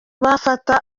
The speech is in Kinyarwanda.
bafata